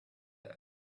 that